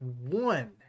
one